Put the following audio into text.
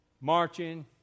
marching